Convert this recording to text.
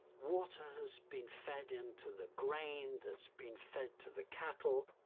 water has been fed into the grain that's been fed to the cattle.